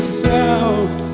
sound